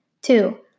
Two